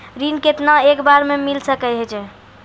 ऋण केतना एक बार मैं मिल सके हेय?